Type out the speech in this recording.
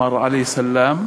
מר עלי סלאם,